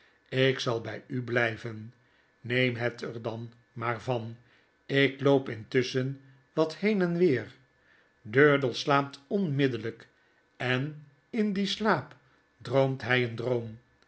lk zal bij u blijven neem het er dan maar van ik loop intusschen wat heen en weer durdels slaapt onmiddellijk en in dien slaap droomt hij een droom